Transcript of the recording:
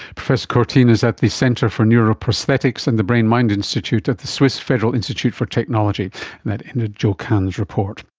professor courtine is at the centre for neuroprosthetics at and the brain mind institute at the swiss federal institute for technology, and that ended jo khan's report